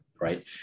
right